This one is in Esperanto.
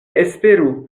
esperu